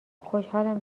خوشحالم